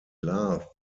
laughed